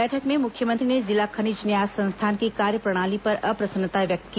बैठक में मुख्यमंत्री ने जिला खनिज न्यास संस्थान की कार्यप्रणाली पर अप्रसन्नता व्यक्त की